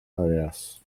areas